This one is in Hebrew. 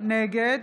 נגד